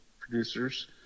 producers